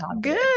good